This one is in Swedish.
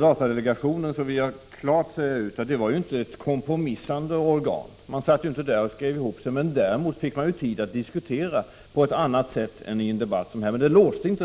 Datadelegationen var inte ett kompromissande organ. Däremot fick man där tid att diskutera på ett helt annat sätt än vi kan göra i en debatt som denna.